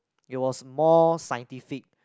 it was more scientific